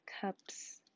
Cups